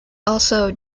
also